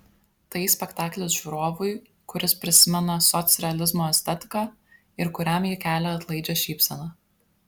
tai spektaklis žiūrovui kuris prisimena socrealizmo estetiką ir kuriam ji kelia atlaidžią šypseną